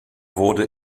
wurde